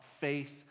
faith